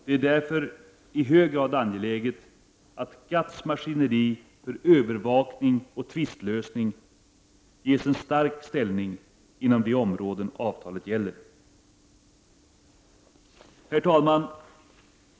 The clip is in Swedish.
Det är därför i hög grad angeläget att GATT:s maskineri för övervakning och tvistlösning ges en stark ställning inom de områden avtalet gäller. Herr talman!